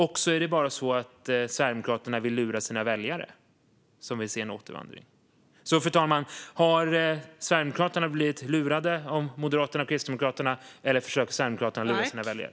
Och Sverigedemokraterna vill bara lura sina väljare, som vill se en återvandring. Fru talman! Har Sverigedemokraterna blivit lurade av Moderaterna och Kristdemokraterna? Eller försöker Sverigedemokraterna lura sina väljare?